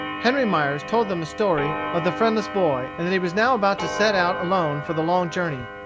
henry myers told them the story of the friendless boy, and that he was now about to set out alone for the long journey,